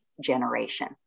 generation